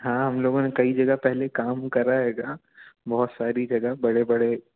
हाँ हम लोगों ने कई जगह पहले जगह काम करा है बहुत सारी जगह बड़े बड़े